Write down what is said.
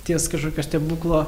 ties kažkokio stebuklo